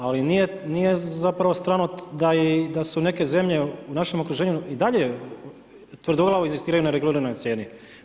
Ali nije zapravo strano da su i neke zemlje u našem okruženju i dalje tvrdoglavo inzistiraju na reguliranoj cijeni.